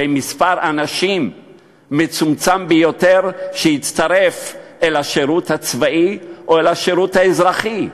במספר אנשים מצומצם ביותר שיצטרף אל השירות הצבאי או אל השירות האזרחי.